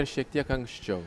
ar šiek tiek anksčiau